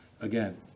again